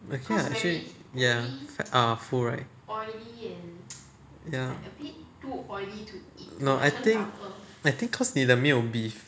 okay lah actually ya ah full right ya no I think I think cause 你的没有 beef